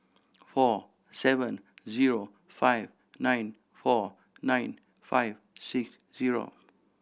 four seven zero five nine four nine five six zero